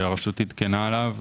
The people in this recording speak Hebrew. שהרשות עדכנה עליו,